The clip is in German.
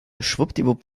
schwuppdiwupp